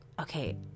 Okay